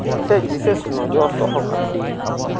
ᱥᱮᱡ ᱵᱤᱥᱮᱥ ᱱᱚᱡᱚᱨ ᱫᱚᱦᱚ ᱠᱟᱛᱮ